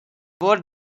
both